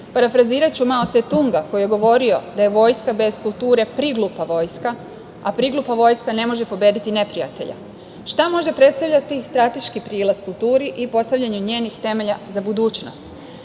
strani. Parafraziraću Mao Cetunga, koji je govorio da je vojska bez kulture priglupa vojska, a priglupa vojska ne može pobediti neprijatelja. Šta može predstavljati strateški prilaz kulturi i postavljanje njenih temelja za budućnost?